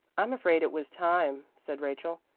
i'm afraid it was time, said rachel.